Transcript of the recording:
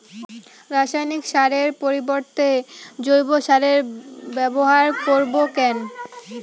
রাসায়নিক সারের পরিবর্তে জৈব সারের ব্যবহার করব কেন?